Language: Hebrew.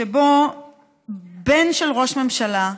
שבו בן של ראש ממשלה,